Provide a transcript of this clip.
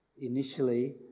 Initially